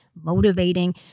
motivating